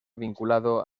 vinculado